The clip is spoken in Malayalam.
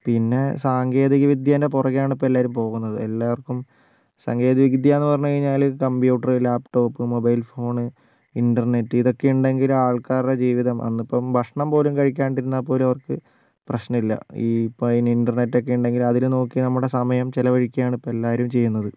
പിന്നെ സാങ്കേതികവിദ്യയുടെ പുറകെയാണ് ഇപ്പോൾ എല്ലാവരും പോകുന്നത് എല്ലാവർക്കും സാങ്കേതിക വിദ്യയെന്നു പറഞ്ഞു കഴിഞ്ഞാൽ computer laptop mobile phone internet ഇതൊക്കെയുണ്ടെങ്കിൽ ആൾക്കാരുടെ ജീവിതം അന്നിപ്പം ഭക്ഷണം പോലും കഴിക്കാണ്ട് ഇരുന്നാൽപ്പോലും അവർക്ക് പ്രശ്നം ഇല്ല ഈ ഇപ്പോൾ അതിന് ഇൻ്റർനെറ്റ് ഒക്കെ ഉണ്ടെങ്കിൽ അതിൽ നോക്കി നമ്മുടെ സമയം ചിലവഴിക്കുകയാണിപ്പോൾ എല്ലാവരും ചെയ്യുന്നത്